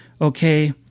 okay